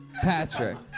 Patrick